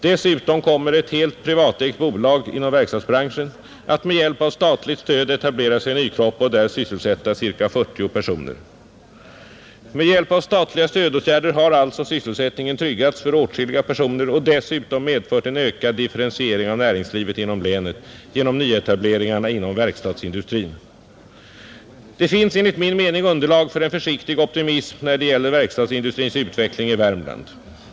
Dessutom kommer ett helt privatägt bolag inom verkstadsbranschen att med hjälp av statligt stöd etablera sig i Nykroppa och där sysselsätta ca 40 personer. Med hjälp av statliga stödåtgärder har alltså sysselsättningen tryggats för åtskilliga personer och dessutom medfört en ökad differentiering av näringslivet inom länet genom nyetableringarna inom verkstadsindustrin. Det finns enligt min mening underlag för en försiktig optimism när det gäller verkstadsindusrins utveckling i Värmland.